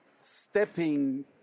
stepping